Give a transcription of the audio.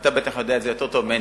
ואתה בטח יודע את זה יותר טוב ממני,